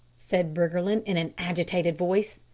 said briggerland in an agitated voice.